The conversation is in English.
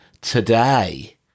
today